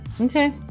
okay